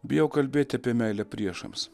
bijau kalbėt apie meilę priešams